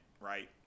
right